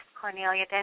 Cornelia